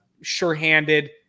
sure-handed